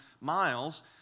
miles